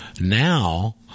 Now